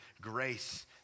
grace